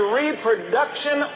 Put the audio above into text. reproduction